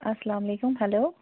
السلامُ علیکُم ہیٚلو